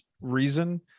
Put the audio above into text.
reason